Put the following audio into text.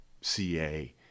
CA